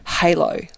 halo